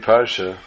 Parsha